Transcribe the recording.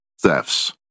thefts